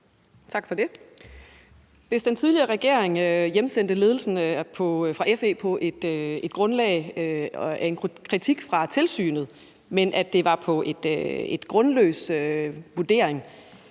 Tak for det. Hvis den tidligere regering hjemsendte ledelsen fra FE baseret på en kritik fra tilsynet – men det var på baggrund af en